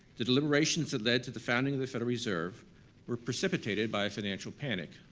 the deliberations that led to the founding of the federal reserve were precipitated by a financial panic,